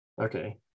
Okay